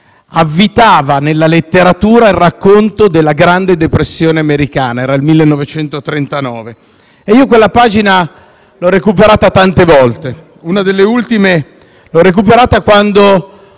avvitava nella letteratura il racconto della grande depressione americana (era il 1939). Io quella pagina l'ho recuperata tante volte. Una delle ultime volte è stata quando